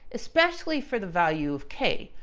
especially for the value of k,